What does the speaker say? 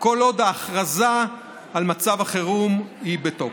כל עוד ההכרזה על מצב החירום היא בתוקף.